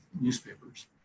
newspapers